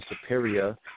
superior